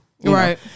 Right